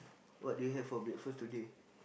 what do you have for breakfast today